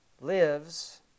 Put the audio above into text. lives